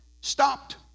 stopped